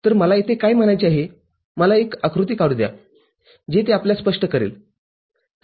तरमला येथे काय म्हणायचे आहे मला एक आकृती काढू द्या जे ते आपल्यास स्पष्ट करेल